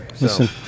Listen